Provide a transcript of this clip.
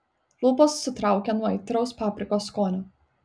lūpas sutraukė nuo aitraus paprikos skonio